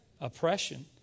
Oppression